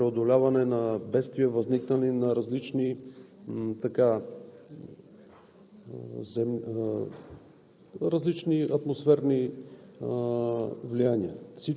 пожарогасене, така и техника за преодоляване на бедствия, възникнали при различни